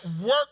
work